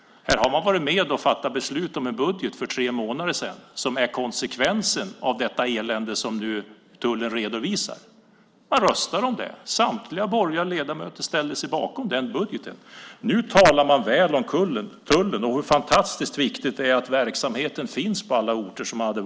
Här har man varit med och fattat beslut om en budget för tre månader sedan som ger de eländiga konsekvenser som nu tullen redovisar. Man röstade om det. Samtliga borgerliga ledamöter ställde sig bakom den budgeten. Nu talar man väl om tullen och om hur fantastiskt viktigt det är att verksamheten finns på alla orter som varit.